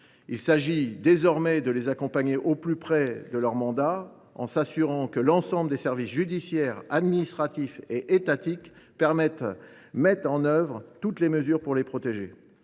Il s’agit désormais de les accompagner au plus près de leur mandat, en s’assurant que l’ensemble des services judiciaires, administratifs et étatiques mettent en œuvre toutes les mesures pour les protéger.